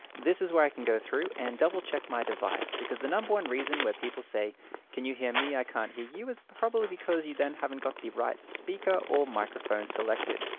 this is where i can go through and double check my device, because the number one reason where people say can you hear me, i can't hear you, is probably because you then haven't got the right speaker or microphone selected.